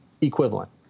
equivalent